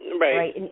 Right